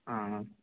ஆ ஆ